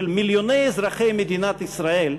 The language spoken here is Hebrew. של מיליוני אזרחי מדינת ישראל,